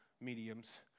mediums